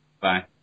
Bye